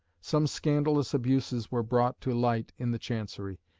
some scandalous abuses were brought to light in the chancery.